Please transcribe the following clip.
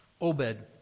Obed